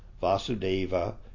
Vasudeva